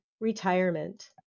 Retirement